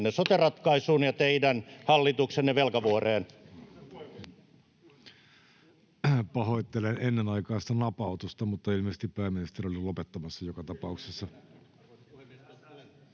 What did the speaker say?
koputtaa] ja teidän hallituksenne velkavuoreen. Pahoittelen ennenaikaista napautusta, mutta ilmeisesti pääministeri oli lopettamassa joka tapauksessa.